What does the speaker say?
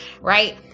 right